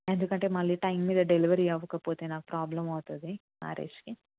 ఎందుకంటే మళ్ళీ టైం మీద డెలివరీ అవ్వకపోతే నాకు ప్రాబ్లమ్ అవుతుంది మ్యారేజ్కి